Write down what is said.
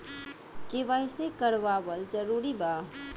KYC करवावल जरूरी बा?